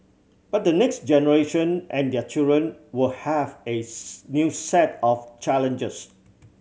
but the next generation and their children will have a new set of challenges